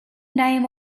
name